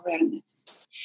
awareness